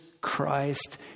Christ